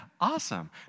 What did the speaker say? awesome